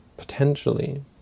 potentially